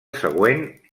següent